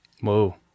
Whoa